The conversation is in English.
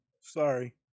Sorry